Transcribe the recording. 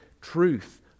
truth